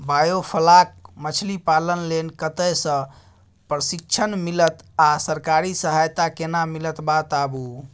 Biofloc मछलीपालन लेल कतय स प्रशिक्षण मिलत आ सरकारी सहायता केना मिलत बताबू?